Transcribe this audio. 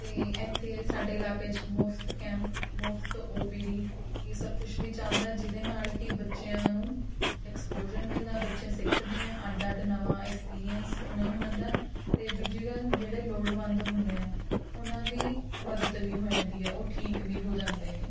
ਅਤੇ ਇੱਥੇ ਸਾਡੇ ਇਲਾਕੇ 'ਚ ਮੁਫ਼ਤ ਕੈਂਪ ਮੁਫ਼ਤ ਓ ਪੀ ਡੀ ਇਹ ਸਭ ਕੁਛ ਵੀ ਚੱਲਦਾ ਜਿਹਦੇ ਨਾਲ ਕਿ ਬੱਚਿਆਂ ਨੂੰ ਐਕਸਪੋਜ਼ਰ ਮਿਲਦਾ ਬੱਚੇ ਸਿੱਖਦੇ ਆ ਅੱਡ ਅੱਡ ਨਵਾਂ ਐਕਸਪੀਰੀਅੰਸ ਉਹਨਾਂ ਨੂੰ ਮਿਲਦਾ ਅਤੇ ਦੂਜੀ ਗੱਲ ਜਿਹੜੇ ਲੋੜਵੰਦ ਹੁੰਦੇ ਆ ਉਹਨਾਂ ਦੀ ਮਦਦ ਵੀ ਹੋ ਜਾਂਦੀ ਹੈ ਉਹ ਠੀਕ ਵੀ ਹੋ ਜਾਂਦੇ ਨੇ